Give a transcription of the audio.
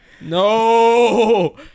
No